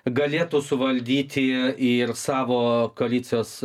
galėtų suvaldyti ir savo koalicijos